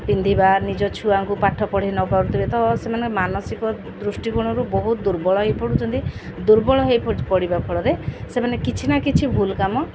ପିନ୍ଧିବା ନିଜ ଛୁଆଙ୍କୁ ପାଠ ପଢ଼ି ନପାରୁଥିବେ ତ ସେମାନେ ମାନସିକ ଦୃଷ୍ଟିକୋଣରୁ ବହୁତ ଦୁର୍ବଳ ହେଇପଡ଼ୁଛନ୍ତି ଦୁର୍ବଳ ହେଇ ପଡ଼ିବା ଫଳରେ ସେମାନେ କିଛି ନା କିଛି ଭୁଲ କାମ